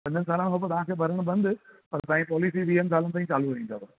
पंजनि सालनि खां पोइ तव्हांजो भरणु बंदि पर तव्हांजी पॉलीसी वीह सालनि ताईं चालू रहंदुव